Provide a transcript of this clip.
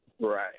Right